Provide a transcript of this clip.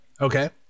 Okay